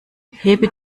hebe